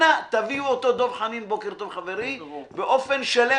אנא תביאו אותו באופן שלם.